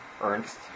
Ernst